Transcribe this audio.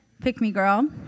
pick-me-girl